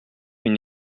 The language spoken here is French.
une